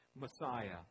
Messiah